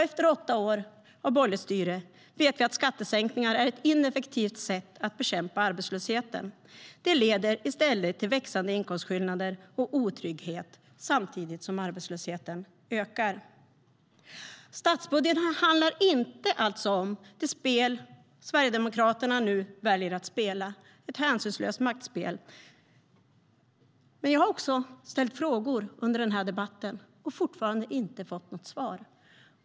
Efter åtta år av borgerligt styre vet vi att skattesänkningar är ett ineffektivt sätt att bekämpa arbetslösheten. De leder i stället till växande inkomstskillnader och otrygghet samtidigt som arbetslösheten ökar. Jag har även ställt frågor under den här debatten men har fortfarande inte fått något svar.